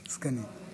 סגנית.